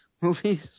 movies